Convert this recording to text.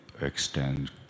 extend